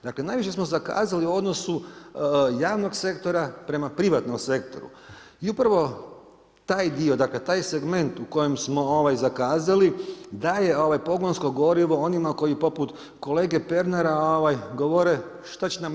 Dakle, najviše smo zakazali u odnosu javnog sektora prema privatnom sektoru i upravo taj dio, dakle, taj segment u kojem smo zakazali, daje pogonsko gorivo onima koji poput kolege Pernara govore što će nam EU?